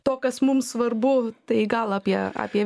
to kas mums svarbu tai gal apie apie